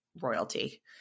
royalty